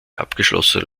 abgeschlossene